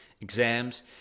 exams